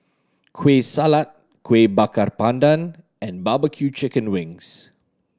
Kueh Salat Kuih Bakar Pandan and barbecue chicken wings